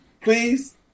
please